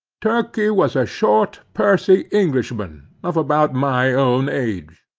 turkey was a short, pursy englishman of about my own age,